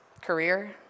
Career